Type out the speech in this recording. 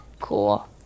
Cool